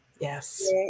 Yes